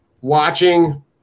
watching